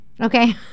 Okay